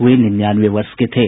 वे निन्यानवे वर्ष के थे